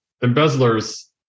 embezzlers